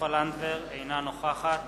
נוכחת